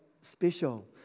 special